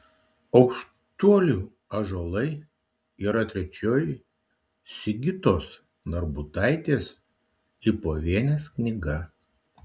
aukštuolių ąžuolai yra trečioji sigitos narbutaitės lipovienės knyga